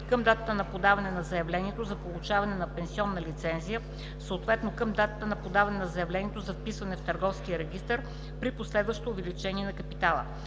към датата на подаване на заявлението за получаване на пенсионна лицензия, съответно към датата на подаване на заявлението за вписване в търговския регистър – при последващо увеличаване на капитала.